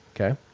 Okay